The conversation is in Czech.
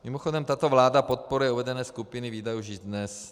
Mimochodem, tato vláda podporuje uvedené skupiny výdajů již dnes.